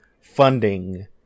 funding